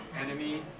enemy